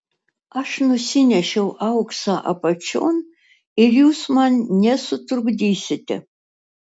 aš nusinešiau auksą apačion ir jūs man nesutrukdysite